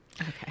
Okay